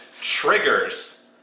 triggers